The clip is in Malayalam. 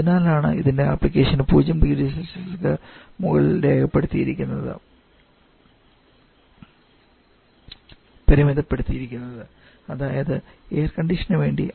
അതിനാലാണ് ഇതിന്റെ ആപ്ലിക്കേഷൻ 0 0Cക്ക് മുകളിൽ പരിമിതപ്പെടുത്തിയിരിക്കുന്നത് അതായത് എയർ കണ്ടീഷനു വേണ്ടി